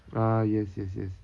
ah yes yes yes